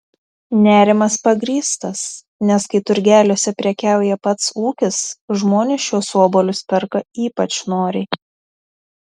nerimas pagrįstas nes kai turgeliuose prekiauja pats ūkis žmonės šiuos obuolius perka ypač noriai